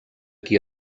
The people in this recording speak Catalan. qui